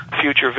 future